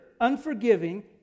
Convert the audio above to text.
unforgiving